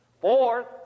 Fourth